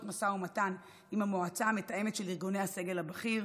משא ומתן עם המועצה המתאמת של ארגוני הסגל הבכיר,